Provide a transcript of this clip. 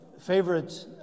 favorite